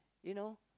you know